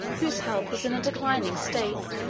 whose health was in a declining state,